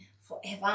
forever